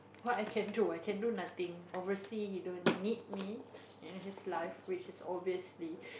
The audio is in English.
what I can do I can do nothing obviously he don't need me in his life which is obviously